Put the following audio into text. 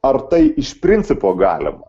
ar tai iš principo galima